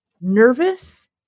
nervous